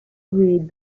read